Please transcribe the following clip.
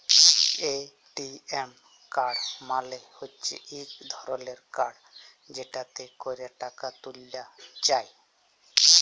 ATM card মালে হচ্যে ইক ধরলের কাড় যেটতে ক্যরে টাকা ত্যুলা যায়